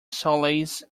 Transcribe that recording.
solace